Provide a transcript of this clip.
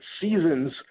seasons